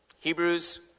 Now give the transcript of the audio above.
Hebrews